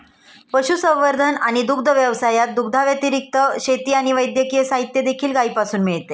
पशुसंवर्धन आणि दुग्ध व्यवसायात, दुधाव्यतिरिक्त, शेती आणि वैद्यकीय साहित्य देखील गायीपासून मिळते